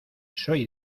soy